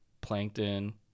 Plankton